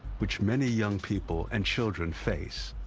which many young people and children face.